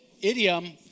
idiom